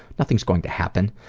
nothing's going to happen.